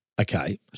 Okay